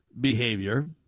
behavior